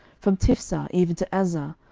from tiphsah even to azzah,